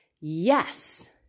yes